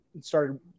started